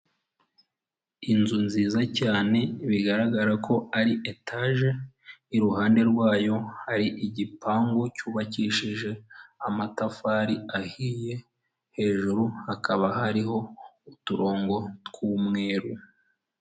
Inzu nziza cyane bigaragara ko ari etage iruhande rwayo hari igipangu cy'ubakishije amatafari ahiye hejuru hakaba hariho uturongo tw'umweru .